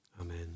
amen